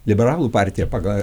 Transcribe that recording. liberalų partiją pagal